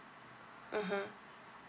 mmhmm